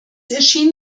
erschien